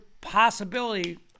possibility –